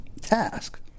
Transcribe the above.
task